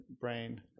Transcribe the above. brain